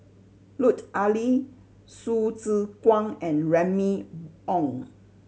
Lut Ali Hsu Tse Kwang and Remy Ong